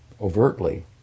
Overtly